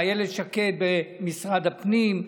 אילת שקד במשרד הפנים,